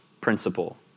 principle